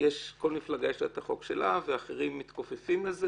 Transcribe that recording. שבקואליציה לכל מפלגה יש את החוק שלה ואחרים מתכופפים לזה,